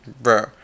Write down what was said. bro